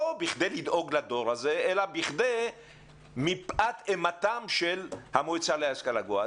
ולא כדי לדאוג לדור הזה אלא מפאת אימתה של המועצה להשכלה גבוהה.